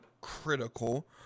critical